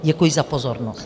Děkuji za pozornost.